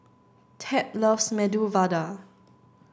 Tab loves Medu Vada